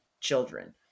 children